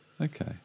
okay